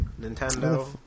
Nintendo